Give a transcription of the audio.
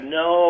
no –